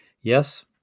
yes